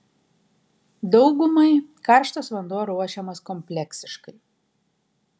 daugumai karštas vanduo ruošiamas kompleksiškai